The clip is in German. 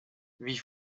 wie